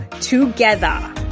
together